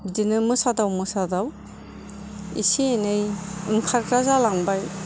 बिदिनो मोसादाव मोसादाव एसे एनै ओंखारग्रा जालांबाय